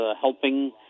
helping